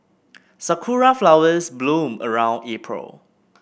sakura flowers bloom around April